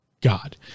God